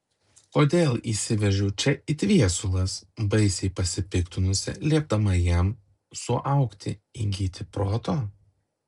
kodėl įsiveržiau čia it viesulas baisiai pasipiktinusi liepdama jam suaugti įgyti proto